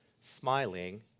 smiling